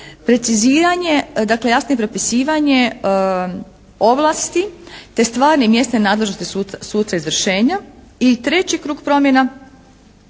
preciziranje dakle, jasno je propisivanje ovlasti te stvarne i mjesne nadležnosti suca izvršenja. I treći krug promjena